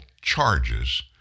charges